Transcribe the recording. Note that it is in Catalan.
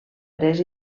pres